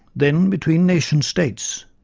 then between nation states,